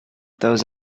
those